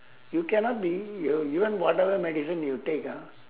you cannot be you're even whatever medicine you take ah